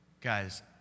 Guys